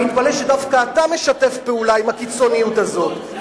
אני מתפלא שדווקא אתה משתף פעולה עם הקיצוניות הזאת,